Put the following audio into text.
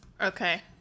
Okay